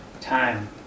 Time